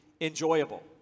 enjoyable